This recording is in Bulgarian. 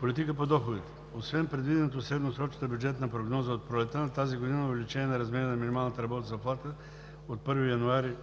Политика по доходите. Освен предвиденото в средносрочната бюджетна прогноза от пролетта на тази година увеличение на размера на минималната работна заплата от 1 януари